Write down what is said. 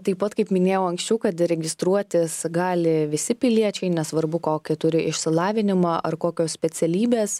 taip pat kaip minėjau anksčiau kad registruotis gali visi piliečiai nesvarbu kokį turi išsilavinimą ar kokios specialybės